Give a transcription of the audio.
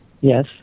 Yes